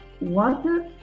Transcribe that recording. water